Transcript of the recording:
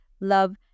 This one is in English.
love